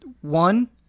One